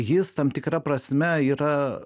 jis tam tikra prasme yra